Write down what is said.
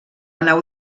nau